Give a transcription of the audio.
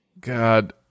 God